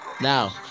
now